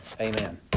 Amen